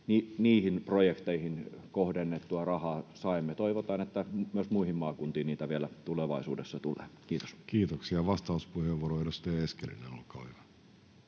Niihin projekteihin kohdennettua rahaa saimme. Toivotaan, että myös muihin maakuntiin niitä vielä tulevaisuudessa tulee. — Kiitos. [Seppo Eskelinen pyytää